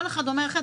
כל אחד אומר אחרת.